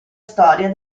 storia